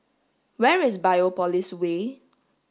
where is Biopolis Way